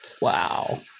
Wow